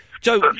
Joe